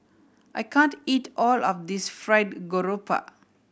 I can't eat all of this Fried Garoupa